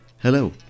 Hello